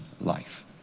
life